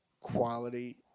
quality